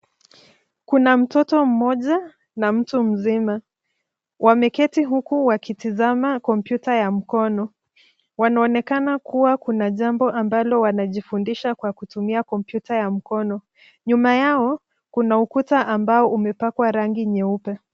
Kuna mtoto mmoja na mtu mzima, wameketi uku wakitazama kompyuta ya mkono. Wanaonekana kuwa kuna jambo ambalo wanajifundisha kwa kutumia kompyuta ya mkono. Nyuma yao kuna ukuta ambao umepakwa rangi nyeupe.